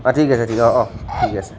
অ ঠিক আছে ঠিক আছে অ অ ঠিক আছে